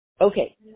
Okay